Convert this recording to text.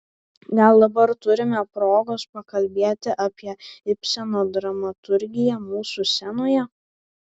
gal dabar turime progos pakalbėti apie ibseno dramaturgiją mūsų scenoje